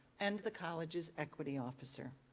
and the college's equity officer.